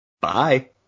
Bye